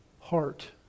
Heart